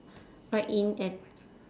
ride in at